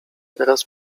teraz